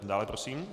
Dále prosím.